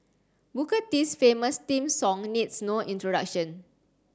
Booker T's famous theme song needs no introduction